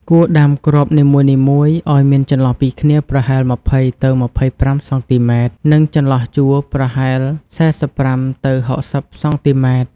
គួរដាំគ្រាប់នីមួយៗឱ្យមានចន្លោះពីគ្នាប្រហែល ២០ ទៅ ២៥ សង់ទីម៉ែត្រ និងចន្លោះជួរប្រហែល ៤៥ ទៅ ៦០ សង់ទីម៉ែត្រ។